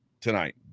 tonight